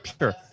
Sure